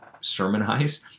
sermonize